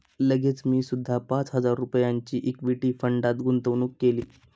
लगेचच मी सुद्धा पाच हजार रुपयांची इक्विटी फंडात गुंतवणूक केली